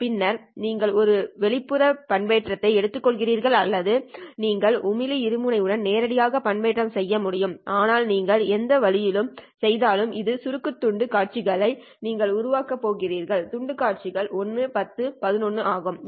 பின்னர் நீங்கள் ஒரு வெளிப்புற பண்பேற்றியை எடுத்துக்கொள்கிறீர்கள் அல்லது நீங்கள் ஒளிமி இருமுனை உடன் நேரடியாக பண்பேற்றம் செய்ய முடியும் ஆனால் நீங்கள் எந்த வழியில் செய்தாலும் இந்த சுருக்க துண்டு காட்சிகளை தான் உருவாக்கப் போகிறீர்கள் துண்டு காட்சிகள் 01 10 11 ஆக இருக்கலாம்